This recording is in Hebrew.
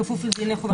בכפוף לדיני חובת